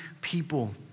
people